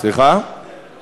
להגמיש